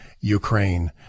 Ukraine